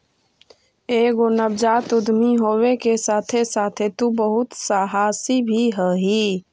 एगो नवजात उद्यमी होबे के साथे साथे तु बहुत सहासी भी हहिं